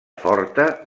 forta